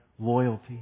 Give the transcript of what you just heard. loyalty